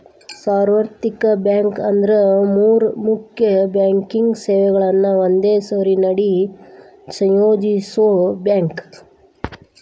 ಸಾರ್ವತ್ರಿಕ ಬ್ಯಾಂಕ್ ಅಂದ್ರ ಮೂರ್ ಮುಖ್ಯ ಬ್ಯಾಂಕಿಂಗ್ ಸೇವೆಗಳನ್ನ ಒಂದೇ ಸೂರಿನಡಿ ಸಂಯೋಜಿಸೋ ಬ್ಯಾಂಕ್